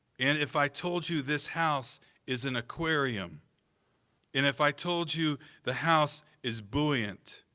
and if i told you this house is an aquarium and if i told you the house is buoyant,